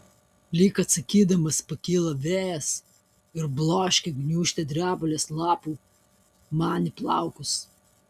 lyg atsakydamas pakyla vėjas ir bloškia gniūžtę drebulės lapų man į plaukus